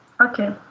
Okay